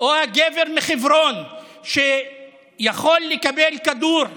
או הגבר מחברון שיכול לקבל כדור בראש,